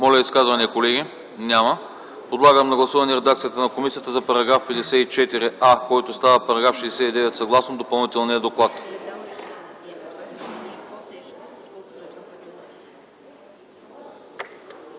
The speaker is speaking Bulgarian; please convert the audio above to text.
моля, изказвания? Няма. Подлагам на гласуване редакцията на комисията за § 54а, който става § 69 съгласно Допълнителния доклад.